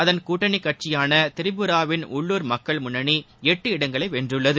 அதன் கூட்டணி கட்சியான திரிபுராவின் உள்ளுர் மக்கள் முன்னணி எட்டு இடங்களை வென்றுள்ளது